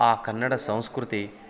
ಆ ಕನ್ನಡ ಸಂಸ್ಕೃತಿ